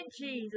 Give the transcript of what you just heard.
Jesus